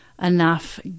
enough